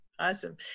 awesome